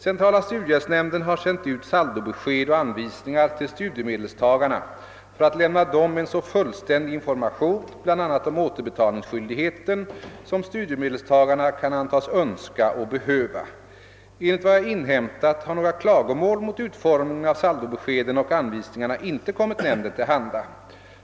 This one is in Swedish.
Centrala studiehjälpsnämnden har sänt ut saldobesked och anvisningar till studiemedelstagarna för att lämna dem en så fullständig information, bl.a. om återbetalningsskyldigheten, som studiemedelstagarna kan antas önska och behöva. Enligt vad jag inhämtat har några klagomål mot utformningen av saldobeskeden och anvisningarna inte kommit nämnden till handa.